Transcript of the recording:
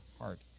heart